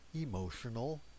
emotional